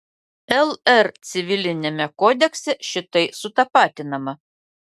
lr civiliniame kodekse šitai sutapatinama